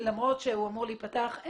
למרות שהשדה אמור להיפתח,